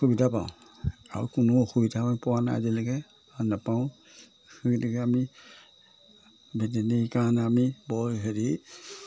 সুবিধা পাওঁ আৰু কোনো অসুবিধা আমি পোৱা নাই আজিলৈকে আৰু নাপাওঁ গতিকে আমি ভেটেনেৰি কাৰণে আমি বৰ হেৰি